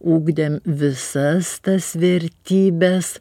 ugdėm visas tas vertybes